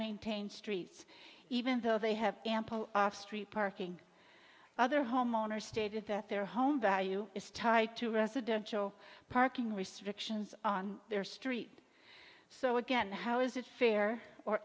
maintained streets even though they have ample off street parking other homeowners stated that their home value is tied to residential parking restrictions on their street so again how is it fair or